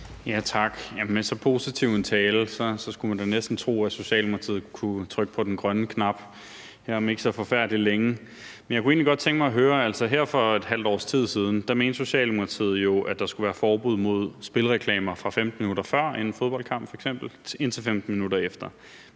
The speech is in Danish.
Tak. Med så positiv en tale skulle man da næsten tro, at Socialdemokratiet kunne trykke på den grønne knap her om ikke så forfærdelig længe. Men jeg kunne egentlig godt tænke mig at høre noget. Her for et halvt års tid siden mente Socialdemokratiet jo, der skulle være forbud mod spilreklamer fra f.eks. 15 minutter før en fodboldkamp og indtil 15 minutter efter.